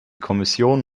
kommission